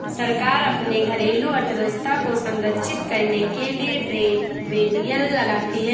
सरकार अपने घरेलू अर्थव्यवस्था को संरक्षित करने के लिए ट्रेड बैरियर लगाती है